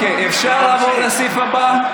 אפשר לעבור לסעיף הבא?